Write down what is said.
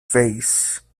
vase